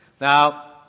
Now